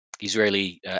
Israeli